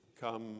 come